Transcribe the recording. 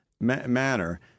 manner